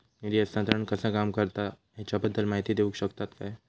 निधी हस्तांतरण कसा काम करता ह्याच्या बद्दल माहिती दिउक शकतात काय?